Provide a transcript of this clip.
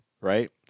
right